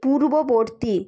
পূর্ববর্তী